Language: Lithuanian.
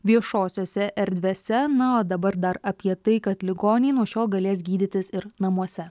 viešosiose erdvėse na o dabar dar apie tai kad ligoniai nuo šiol galės gydytis ir namuose